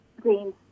Green